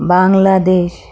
Bangladesh